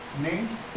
Name